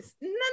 None